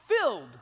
filled